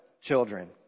children